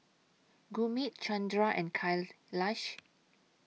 Gurmeet Chandra and Kailash